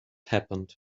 happened